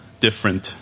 different